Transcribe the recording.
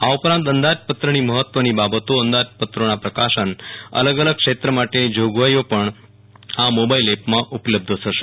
આ ઉપરાંત અંદાજપત્રની મહત્વની બાબતો અંદાજપત્રોના પ્રકાશન અલગ અલગ ક્ષેત્ર માટેની જોગવાઈઓ પણ આ મોબાઇલ એપમાં ઉપલબ્ધ થશે